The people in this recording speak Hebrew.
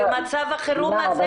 במצב החרום הזה.